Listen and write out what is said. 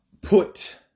put